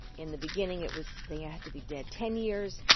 in the beginning, it was they had to be dead ten years,